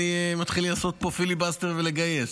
אני מתחיל לעשות פה פיליבסטר ולגייס.